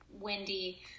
Wendy